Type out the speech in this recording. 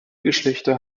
geschlechter